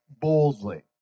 boldly